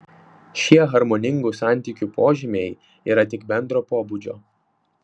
šie harmoningų santykių požymiai yra tik bendro pobūdžio